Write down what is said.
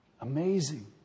amazing